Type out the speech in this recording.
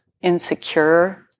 insecure